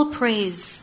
praise